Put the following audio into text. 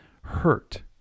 hurt